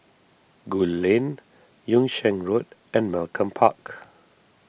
Gul Lane Yung Sheng Road and Malcolm Park